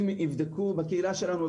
אם יבדקו בקהילה שלנו,